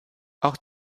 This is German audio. auch